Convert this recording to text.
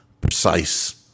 precise